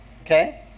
Okay